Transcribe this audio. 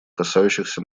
касающихся